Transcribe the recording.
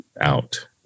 out